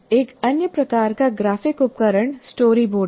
एक अन्य प्रकार का ग्राफिक उपकरण स्टोरीबोर्ड है